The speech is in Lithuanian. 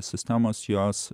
sistemos jos